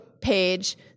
page